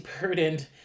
burdened